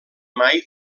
mai